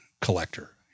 collector